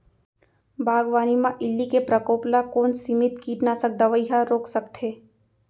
बागवानी म इल्ली के प्रकोप ल कोन सीमित कीटनाशक दवई ह रोक सकथे?